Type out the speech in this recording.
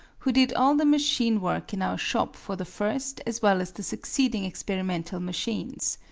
who did all the machine work in our shop for the first as well as the succeeding experimental machines.